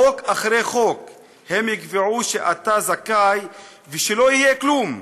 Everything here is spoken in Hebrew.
חוק אחרי חוק הם יקבעו שאתה זכאי ושלא יהיה כלום,